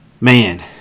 man